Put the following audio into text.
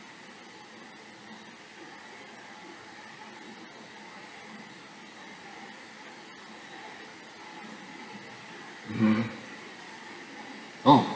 hmm oh